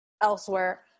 elsewhere